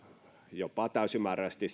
jopa täysimääräisesti